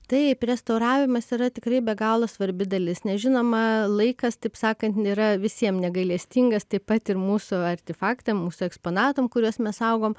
taip restauravimas yra tikrai be galo svarbi dalis nes žinoma laikas taip sakant yra visiem negailestingas taip pat ir mūsų artefaktam mūsų eksponatam kuriuos mes saugom